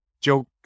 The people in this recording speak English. joke